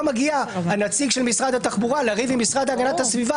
מגיע נציג משרד התחבורה לריב עם המשרד להגנת הסביבה